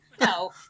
No